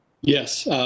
Yes